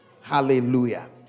Hallelujah